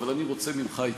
אבל אני רוצה ממך התחייבות.